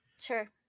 Sure